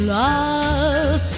love